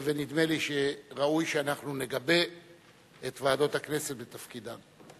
ונדמה לי שראוי שאנחנו נגבה את ועדות הכנסת בתפקידן,